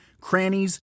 crannies